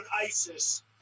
ISIS